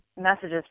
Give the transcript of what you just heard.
messages